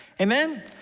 amen